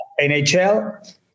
NHL